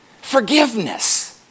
Forgiveness